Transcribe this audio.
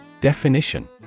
Definition